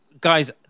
guys